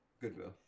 Goodwill